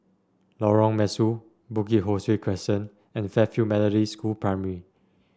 Lorong Mesu Bukit Ho Swee Crescent and Fairfield Methodist School Primary